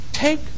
Take